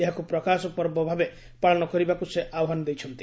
ଏହାକୁ ପ୍ରକାଶ ପର୍ବ ଭାବେ ପାଳନ କରିବାକୁ ସେ ଆହ୍ୱାନ ଦେଇଛନ୍ତି